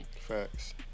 Facts